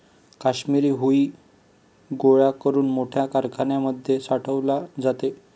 काश्मिरी हुई गोळा करून मोठ्या कारखान्यांमध्ये पाठवले जाते